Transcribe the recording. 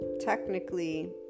technically